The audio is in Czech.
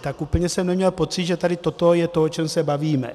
Tak úplně jsem neměl pocit, že tady toto je to, o čem se bavíme.